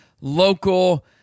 local